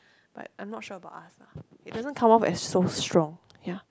but I'm not sure about us lah it doesn't come off as so strong ya